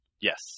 Yes